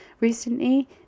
recently